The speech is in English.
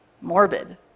morbid